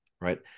right